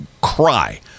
cry